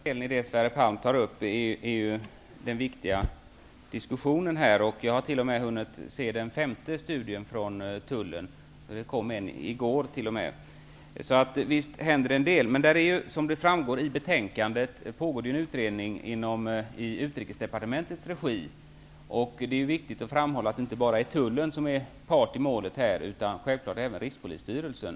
Herr talman! Jag tycker att den senare delen som Sverre Palm tog upp är den viktigaste i denna diskussion. Jag har t.o.m. hunnit ta del av den femte studien från Tullen -- det kom en studie i går t.o.m. Så visst händer det en del. Som framgår av betänkandet pågår en utredning i Utrikesdepartementets regi. Det är viktigt att framhålla att inte bara Tullen är part i målet, utan självfallet även Rikspolisstyrelsen.